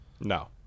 No